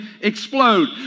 explode